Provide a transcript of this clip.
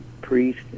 priest